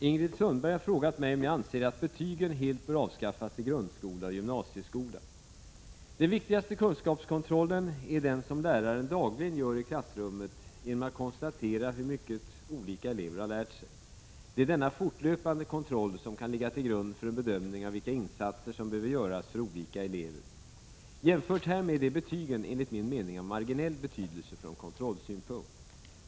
Herr talman! Ingrid Sundberg har frågat mig om jag anser att betygen helt bör avskaffas i grundskola och gymnasieskola. Den viktigaste kunskapskontrollen är den som läraren dagligen gör i klassrummet genom att konstatera hur mycket olika elever har lärt sig. Det är denna fortlöpande kontroll som kan ligga till grund för en bedömning av vilka insatser som behöver göras för olika elever. Jämfört härmed är betygen, enligt min mening, av marginell betydelse från kontrollsynpunkt.